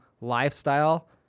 lifestyle